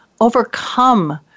overcome